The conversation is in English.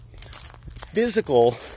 physical